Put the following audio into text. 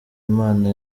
imana